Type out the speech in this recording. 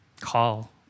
call